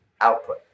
Output